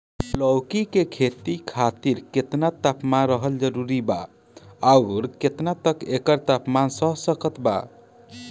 लौकी के खेती खातिर केतना तापमान रहल जरूरी बा आउर केतना तक एकर तापमान सह सकत बा?